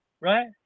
right